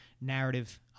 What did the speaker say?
narrative